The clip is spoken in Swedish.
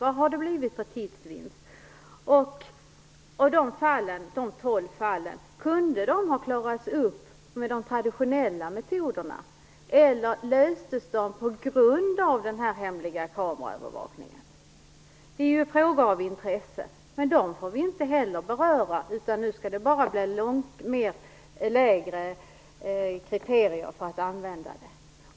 Kunde de här tolv fallen ha klarats upp med traditionella metoder, eller löstes de på grund av den hemliga kameraövervakningen? Detta är frågor av intresse. Men dem får vi inte heller beröra, utan nu skall det i stället bli lägre kriterier för användningen.